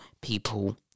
people